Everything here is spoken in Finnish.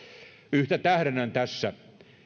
yhtä tähdennän tässä